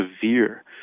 severe